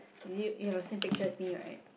you you have a same picture as me right